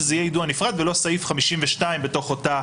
ושזה יידוע נפרד ולא סעיף 52 בתוך אותה